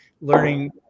learning